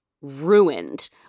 ruined